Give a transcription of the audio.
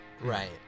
Right